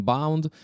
Bound